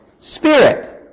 spirit